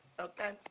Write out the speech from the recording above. Okay